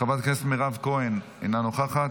חברת הכנסת מירב כהן, אינה נוכחת,